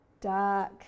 dark